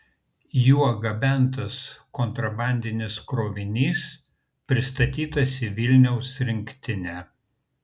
juo gabentas kontrabandinis krovinys pristatytas į vilniaus rinktinę